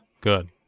Good